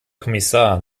kommissar